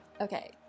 Okay